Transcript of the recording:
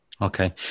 okay